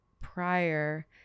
prior